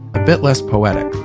a bit less poetic.